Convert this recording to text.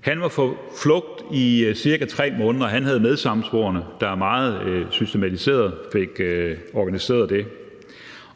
Han var på flugt i ca. 3 måneder, og han havde medsammensvorne, der meget systematiseret fik organiseret det.